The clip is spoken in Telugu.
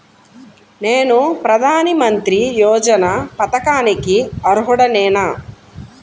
నేను ప్రధాని మంత్రి యోజన పథకానికి అర్హుడ నేన?